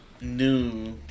new